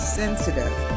sensitive